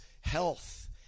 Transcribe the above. health